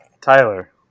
Tyler